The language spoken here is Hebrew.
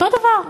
אותו דבר.